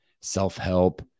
self-help